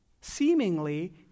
seemingly